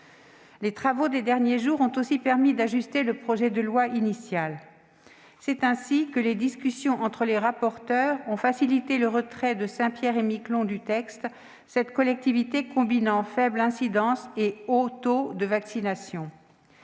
Les travaux des derniers jours ont aussi permis d'ajuster le projet de loi initial. C'est ainsi que les discussions entre les rapporteurs de l'Assemblée nationale et du Sénat ont abouti au retrait de Saint-Pierre-et-Miquelon du texte, cette collectivité combinant faible incidence et haut taux de vaccination.